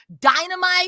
dynamite